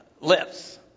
lives